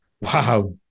wow